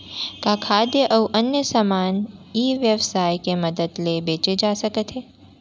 का खाद्य अऊ अन्य समान ई व्यवसाय के मदद ले बेचे जाथे सकथे?